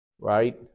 Right